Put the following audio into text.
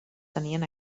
tenien